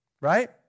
Right